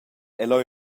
ella